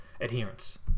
adherence